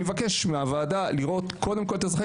אני מבקש מהוועדה לראות קודם כל את אזרחי